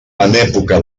època